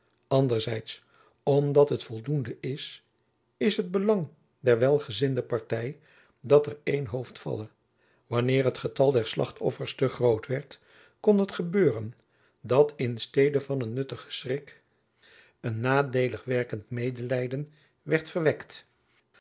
anderdeels omdat het voldoende is in het belang der welgezinde party dat er één hoofd valle wanneer het getal der slachtoffers te groot werd kon het gebeuren dat in stede van een nuttigen schrik een nadeelig werkend medelijden wierd verwekt